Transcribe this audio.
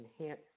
enhance